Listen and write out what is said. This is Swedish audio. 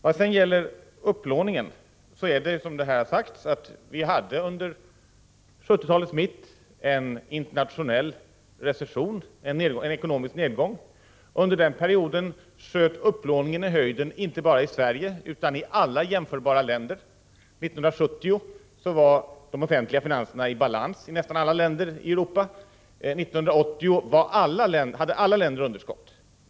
Vad sedan gäller upplåningen är det så, som här har sagts, att vi vid 1970-talets mitt hade en internationell ekonomisk nedgång, varvid upplåningen sköt i höjden inte bara här i Sverige utan i alla jämförbara länder. År 1970 var de offentliga finanserna i balans i nästan alla länder i Europa. År 1980 hade alla länder underskott.